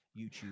youtube